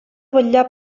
vetllar